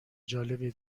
جالبی